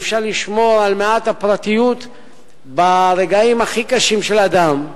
אי-אפשר לשמור על מעט הפרטיות ברגעים הכי קשים של אדם.